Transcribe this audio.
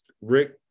Rick